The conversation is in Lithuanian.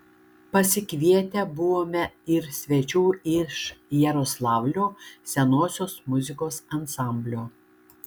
pasikvietę buvome ir svečių iš jaroslavlio senosios muzikos ansamblio